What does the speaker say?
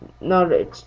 knowledge